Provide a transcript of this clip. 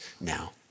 now